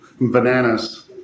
bananas